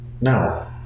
No